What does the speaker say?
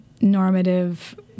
normative